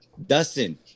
Dustin